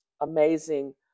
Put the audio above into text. amazing